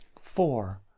Four